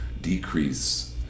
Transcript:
decrease